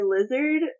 lizard